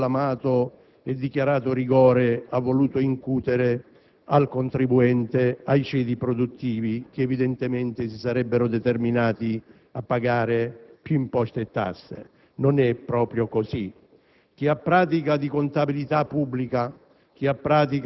che il Governo, con il suo eccessivo conclamato e dichiarato rigore, ha voluto incutere al contribuente, ai ceti produttivi che evidentemente si sarebbero determinati a pagare più imposte e tasse. Non è stato proprio così.